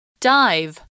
Dive